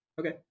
Okay